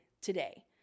today